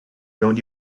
don’t